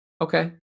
okay